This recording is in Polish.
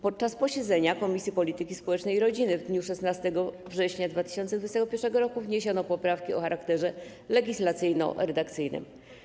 Podczas posiedzenia Komisji Polityki Społecznej i Rodziny w dniu 16 września 2021 r. wniesiono poprawki o charakterze legislacyjno-redakcyjnym.